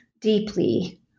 deeply